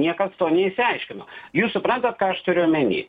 niekas to neišsiaiškino jūs suprantat ką aš turiu omeny